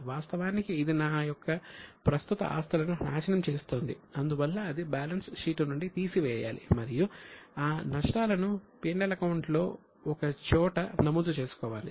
వాస్తవానికి ఇది నా యొక్క ప్రస్తుత ఆస్తులను నాశనం చేస్తోంది అందువల్ల ఇది బ్యాలెన్స్ షీట్ నుండి తీసివేయబడాలి మరియు ఆ నష్టాలను P L అకౌంట్ లో ఒక చోట నమోదు చేసుకోవాలి